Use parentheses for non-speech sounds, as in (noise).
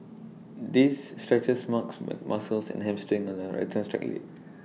this stretches marks but muscles and hamstring on the (unintelligible) leg